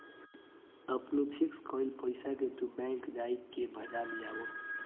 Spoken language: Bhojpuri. अपनी फिक्स कईल पईसा के तू बैंक जाई के भजा लियावअ